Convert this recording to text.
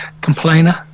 Complainer